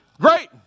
Great